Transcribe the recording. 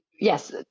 yes